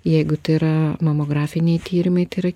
jeigu tai yra mamografiniai tyrimai tai yra